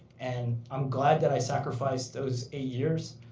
and i'm glad that i sacrificed those eight years,